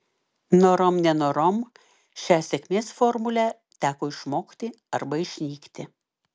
norom nenorom šią sėkmės formulę teko išmokti arba išnykti